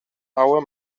our